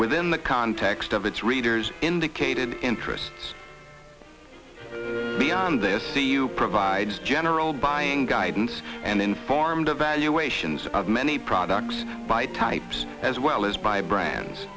within the context of its readers indicated interests beyond this e u provides general buying guidance and informed evaluations of many products by types as well as by brands